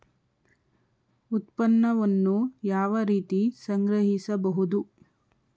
ಉತ್ಪನ್ನವನ್ನು ಯಾವ ರೀತಿ ಸಂಗ್ರಹಿಸಬಹುದು?